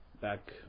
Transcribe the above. back